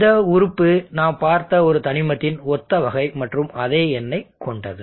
இந்த உறுப்பு நாம் பார்த்த ஒரு தனிமத்தின் ஒத்த வகை மற்றும் அதே எண்ணைக் கொண்டது